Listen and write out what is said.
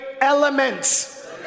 elements